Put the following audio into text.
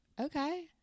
okay